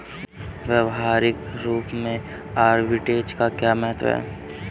व्यवहारिक रूप में आर्बिट्रेज का क्या महत्व है?